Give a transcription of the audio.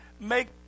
Make